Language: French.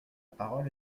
parole